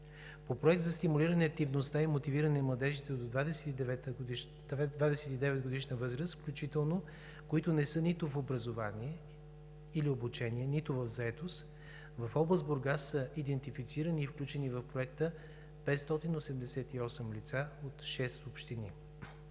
По Проект за стимулиране активността и мотивиране на младежите до 29-годишна възраст включително, които не са нито в „Образование“ или „Обучение“, нито в „Заетост“, в област Бургас са идентифицирани и включени в Проекта – 588 лица от шест общини.